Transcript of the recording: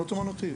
התעמלות צורנית.